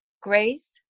Grace